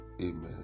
Amen